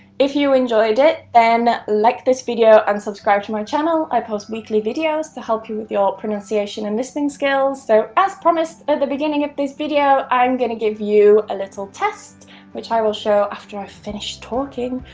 if you enjoyed it, then like this video and subscribe to my channel, i post weekly videos to help you with your pronunciation and listening skills. so as promised at the beginning of this video, i'm gonna give you a little test which i will show you after i've finished talking,